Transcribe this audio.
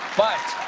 but